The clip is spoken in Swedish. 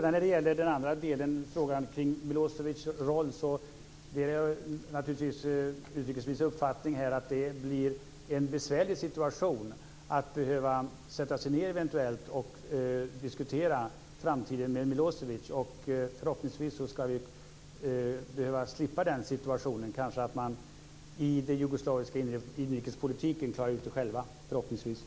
När det gäller frågan kring Milosevic roll delar jag naturligtvis utrikesministerns uppfattning att det skulle vara besvärligt att eventuellt behöva sätta sig ned och diskutera framtiden med Milosevic. Förhoppningsvis slipper vi den situationen. Förhoppningsvis kan de klara ut det här själva i den jugoslaviska inrikespolitiken.